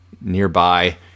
nearby